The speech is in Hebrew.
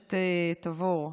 מדרשת תבור.